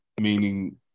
meaning